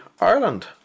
Ireland